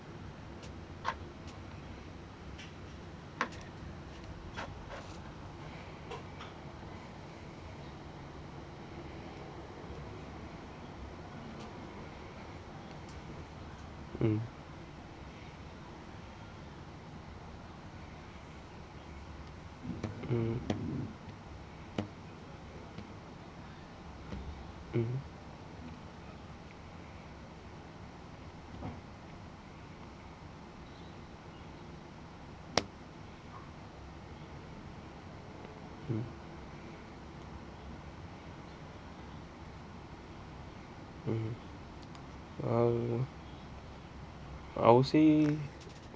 mm mm mmhmm mm mmhmm uh I'd say